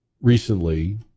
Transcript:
recently